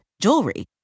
jewelry